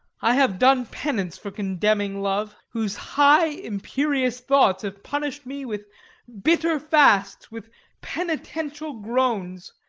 i have done penance for contemning love, whose high imperious thoughts have punish'd me with bitter fasts, with penitential groans,